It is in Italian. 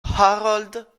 harold